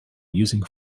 using